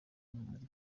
impunzi